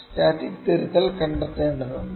static തിരുത്തൽ കണ്ടെത്തേണ്ടതുണ്ട്